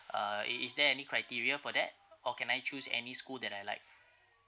uh i~ is there any criteria for that or can I choose any school that I like